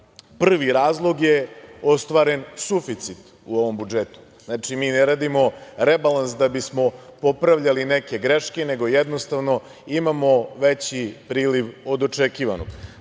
razlog je ostvaren suficit u ovom budžetu. Znači, mi ne radimo rebalans da bismo popravljali neke greške, nego jednostavno imamo veći priliv od očekivanog.